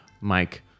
Mike